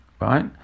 right